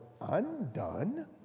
undone